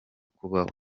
kubaho